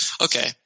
Okay